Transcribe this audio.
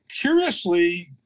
curiously